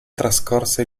trascorse